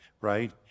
right